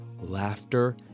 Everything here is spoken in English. laughter